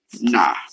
Nah